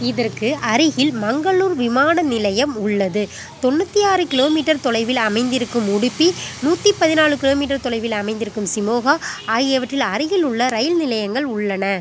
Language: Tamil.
இதற்கு அருகில் மங்களூர் விமான நிலையம் உள்ளது தொன்னூற்றி ஆறு கிலோ மீட்டர் தொலைவில் அமைந்திருக்கும் உடுப்பி நூற்றி பதினாலு கிலோ மீட்டர் தொலைவில் அமைந்திருக்கும் ஷிமோகா ஆகியவற்றில் அருகில் உள்ள ரயில் நிலையங்கள் உள்ளன